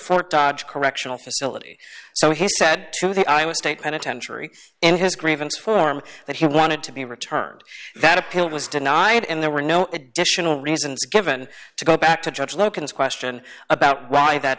fort dodge correctional facility so he said to the iowa state penitentiary in his grievance form that he wanted to be returned that appeal was denied and there were no additional reasons given to go back to judge logan's question about why that